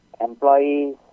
employees